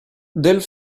del